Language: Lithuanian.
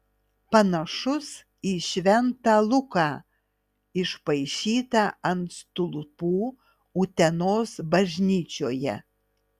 panašus į šventą luką išpaišytą ant stulpų utenos bažnyčioje